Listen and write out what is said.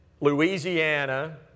Louisiana